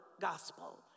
gospel